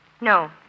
No